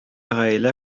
гаилә